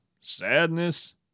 sadness